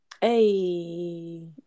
Hey